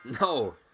No